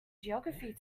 geography